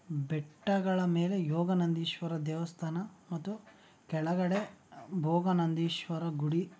ಬೆಟ್ಟಗಳ ಮೇಲೆ ಯೋಗ ನಂದೀಶ್ವರ ದೇವಸ್ಥಾನ ಮತ್ತು ಕೆಳಗಡೆ ಭೋಗ ನಂದೀಶ್ವರ ಗುಡಿ